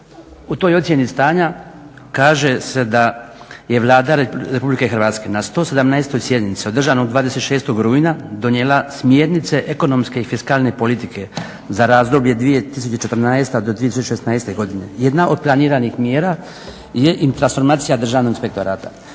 u toj ocjeni stanja kaže se da je Vlada Republike Hrvatske na 117. sjednici održanoj 26. rujna donijela smjernice ekonomske i fiskalne politike za razdoblje 2014.-2016. godine. Jedna od planiranih mjera je i transformacija Državnog inspektorata.